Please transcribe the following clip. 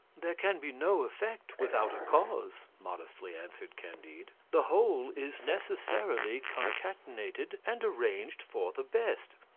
there can be no effect without a cause, modestly answered candide the whole is necessarily concatenated and arranged for the best.